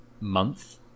month